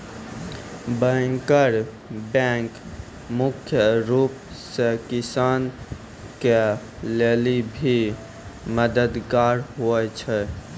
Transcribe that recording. banker bank मुख्य रूप से किसान के लेली भी मददगार हुवै छै